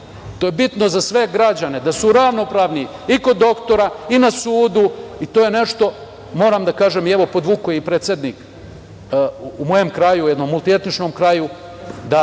to je bitno za sve građane da su ravnopravni i kod doktora i na sudu. To je nešto, moram da kažem, evo podvukao je i predsednik, u mojem kraju, u jednom multietničkom kraju, da